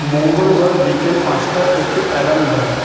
মঙ্গলবার বিকেল পাঁচটার একটি অ্যালার্ম দাও